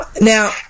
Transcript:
Now